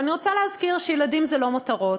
אבל אני רוצה להזכיר שילדים זה לא מותרות,